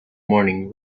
morning